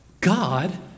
God